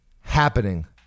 happening